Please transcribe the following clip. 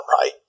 right